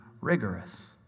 rigorous